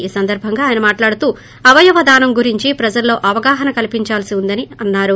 ఈ సందర్భంగా ఆయన మాట్లాడుతూ అవయవదానం గురించి ప్రజలలో అవగాహన కల్పించాల్సి ఉందని చెప్పారు